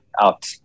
out